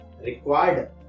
required